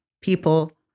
people